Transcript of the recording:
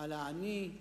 על העני,